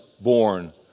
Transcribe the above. born